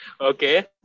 Okay